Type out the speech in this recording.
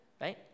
right